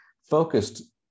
focused